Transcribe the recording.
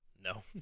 No